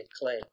Clay